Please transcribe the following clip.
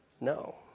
No